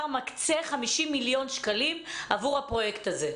מקצה 50 מיליון שקלים עבור הפרויקט הזה.